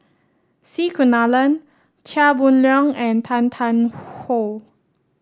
C Kunalan Chia Boon Leong and Tan Tarn How